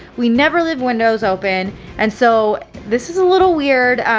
we never leave windows open and so this is a little weird.